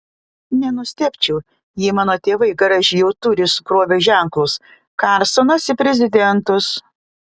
nenustebčiau jei mano tėvai garaže jau turi sukrovę ženklus karlsonas į prezidentus